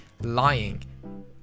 lying